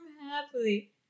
happily